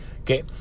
Okay